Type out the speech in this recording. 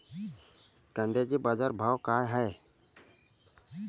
कांद्याचे बाजार भाव का हाये?